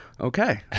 Okay